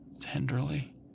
Tenderly